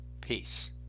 Peace